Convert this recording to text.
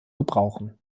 gebrauchen